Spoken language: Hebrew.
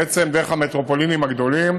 ודרך המטרופולינים הגדולות